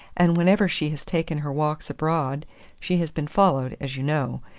and whenever she has taken her walks abroad she has been followed, as you know.